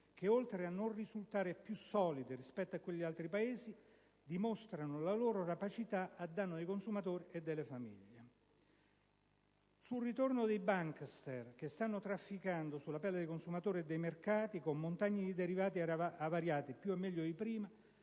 che oltre a non risultare più solide rispetto a quelle degli altri Paesi, dimostrano la loro rapacità a danno dei consumatori e delle famiglie. Sul ritorno dei *bankster*, che stanno trafficando sulla pelle dei consumatori e dei mercati con montagne di derivati avariati più e meglio di prima,